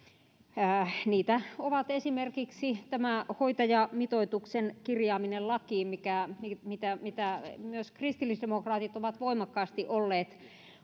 niitä ovat esimerkiksi hoitajamitoituksen kirjaaminen lakiin mitä mitä myös kristillisdemokraatit ovat voimakkaasti olleet